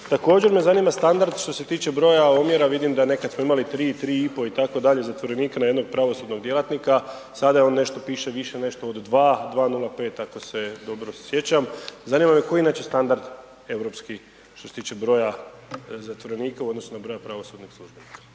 Također me zanima standard što se tiče broja omjera, vidim da nekad smo imali 3, 3,5 itd. zatvorenika na jednog pravosudnog djelatnika, sada je on nešto više, više nešto od 2, 2,05 ako se dobro sjećam, zanima koji je inače standard europski što se tiče broja zatvorenika u odnosu na broj pravosudnih službenika.